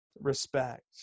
respect